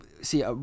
See